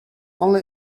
only